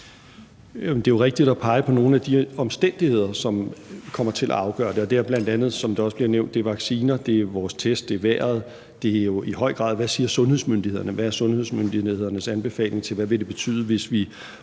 det er jo rigtigt at pege på nogle af de omstændigheder, som kommer til at afgøre det. Og det er bl.a., som det også er blevet nævnt, vacciner, det er vores test, det er vejret, og det er jo i høj grad, hvad sundhedsmyndighederne siger; hvad er sundhedsmyndighedernes anbefalinger; hvad vil det betyde, hvis vi